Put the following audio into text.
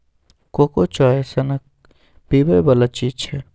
cocoa चाइए सनक पीबै बला चीज छै